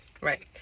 Right